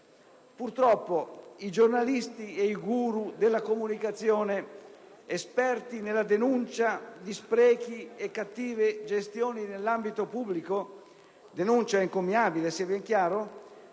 Purtroppo i giornalisti e i guru della comunicazione esperti nella denuncia di sprechi e cattive gestioni nell'ambito pubblico (denuncia encomiabile, sia ben chiaro)